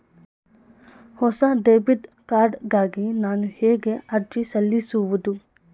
ಹೊಸ debit card ಗಾಗಿ ನಾನು ಹೇಗೆ ಅರ್ಜಿ ಸಲ್ಲಿಸುವುದು?